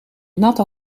natte